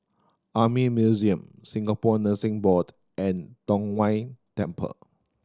Army Museum Singapore Nursing Board and Tong Whye Temple